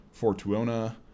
Fortuona